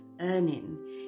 earning